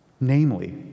namely